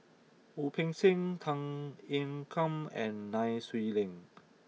Wu Peng Seng Tan Ean Kiam and Nai Swee Leng